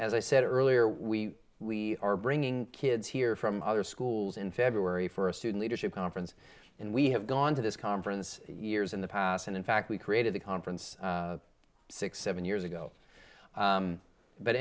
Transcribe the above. as i said earlier we we are bringing kids here from other schools in february for a student leadership conference and we have gone to this conference years in the past and in fact we created the conference six seven years ago